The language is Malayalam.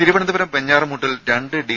തിരുവനന്തപുരം വെഞ്ഞാറമൂട്ടിൽ രണ്ട് ഡി